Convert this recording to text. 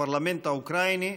הפרלמנט האוקראיני,